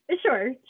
sure